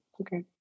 okay